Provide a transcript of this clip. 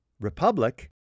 republic